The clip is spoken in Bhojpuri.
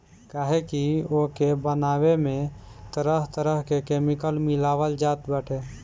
काहे की ओके बनावे में तरह तरह के केमिकल मिलावल जात बाटे